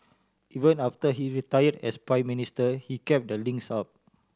even after he retired as Prime Minister he kept the links up